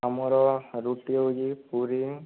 ଆମର ରୁଟି ହୋଉଛି ପୁରୀ